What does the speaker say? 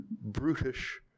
brutish